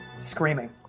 screaming